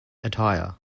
attire